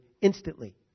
instantly